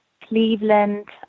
Cleveland